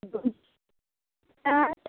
दोन साठ